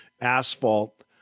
asphalt